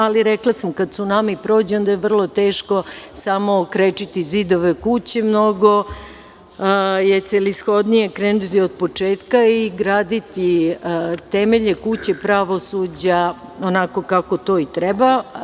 Ali, rekla sam, kada cunami prođe, onda je vrlo teško samo krečiti zidove kuće, mnogo je celishodnije krenuti od početka i graditi temelje kuće pravosuđa onako kako to i treba.